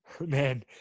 Man